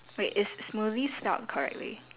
wait is smoothie spelt correctly